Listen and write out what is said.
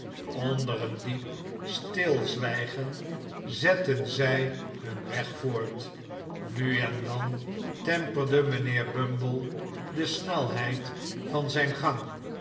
onder een diep stilzwijgen zetten zij hun weg voort nu en dan temperde mijnheer bumble de snelheid van zijn gang